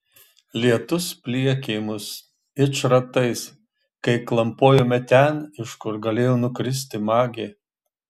lietus pliekė mus it šratais kai klampojome ten iš kur galėjo nukristi magė